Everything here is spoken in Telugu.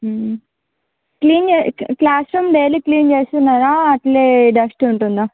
క్లీన్ క్లాస్రూమ్ డైలీ క్లీన్ చేస్తున్నారా అట్లే డస్ట్ ఉంటుందా